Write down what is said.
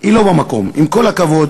היא לא במקום, עם כל הכבוד,